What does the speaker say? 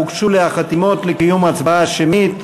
הוגשו לי החתימות לקיום הצבעה שמית.